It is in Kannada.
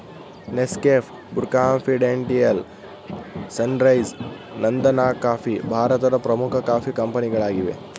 ನೆಸ್ಕೆಫೆ, ಬ್ರು, ಕಾಂಫಿಡೆಂಟಿಯಾಲ್, ಸನ್ರೈಸ್, ನಂದನಕಾಫಿ ಭಾರತದ ಪ್ರಮುಖ ಕಾಫಿ ಕಂಪನಿಗಳಾಗಿವೆ